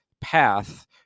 path